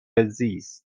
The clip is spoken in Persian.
زیست